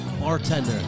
Bartender